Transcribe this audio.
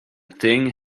thing